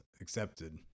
accepted